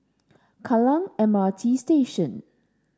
Kallang M R T Station